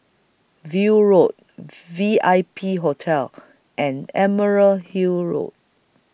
View Road V I P Hotel and Emerald Hill Road